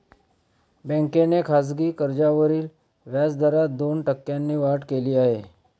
बँकेने खासगी कर्जावरील व्याजदरात दोन टक्क्यांनी वाढ केली आहे